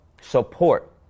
support